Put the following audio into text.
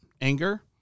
anger